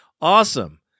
awesome